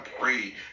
pray